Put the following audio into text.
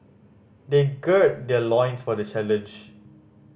they gird their loins for the challenge